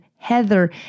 Heather